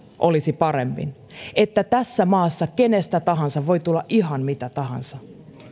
olisi paremmin että tässä maassa kenestä tahansa voi tulla ihan mitä tahansa